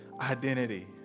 identity